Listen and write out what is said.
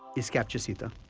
is capture sita.